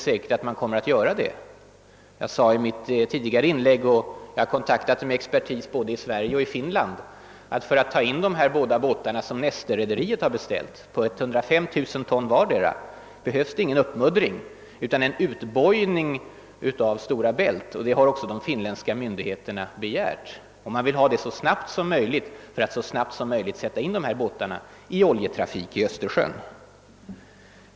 Jag nämnde i mitt tidigare inlägg — och jag har kontaktat expertis i både Sverige och Finland — att för att ta in de här båda båtarna på 105 000 ton vardera, som Neste-rederiet har beställt, behövs det troligen ingen uppmuddring utan bara en utbojning av Stora Bält. En sådan utbojning har också de finländska myndigheterna begärt. De vill genomföra den så snabbt som möjligt för att sätta in de här fartygen i oljetrafik i Östersjön.